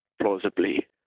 plausibly